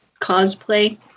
cosplay